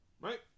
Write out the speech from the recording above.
Right